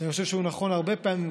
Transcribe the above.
שאני חושב שהוא נכון הרבה פעמים,